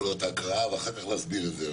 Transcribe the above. יכול להיות הקראה ואחר כך להסביר את זה.